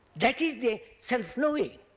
that is the self-knowing.